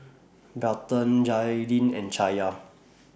Barton Jaidyn and Chaya